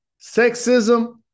sexism